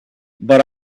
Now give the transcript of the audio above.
but